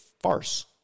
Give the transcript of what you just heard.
farce